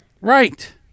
Right